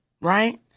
right